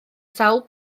sawl